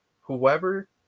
whoever